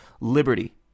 liberty